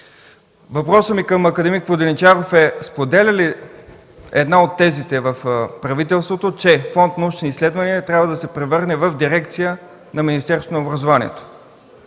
въпросът ми към него е: споделя ли една от тезите в правителството, че Фонд „Научни изследвания” трябва да се превърне в дирекция на Министерството на образованието,